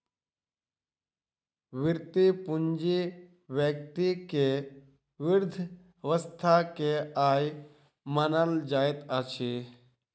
वृति पूंजी व्यक्ति के वृद्ध अवस्था के आय मानल जाइत अछि